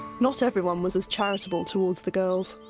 not everyone was as charitable towards the girls.